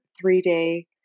three-day